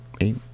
eight